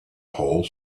whole